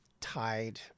tied